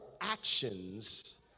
actions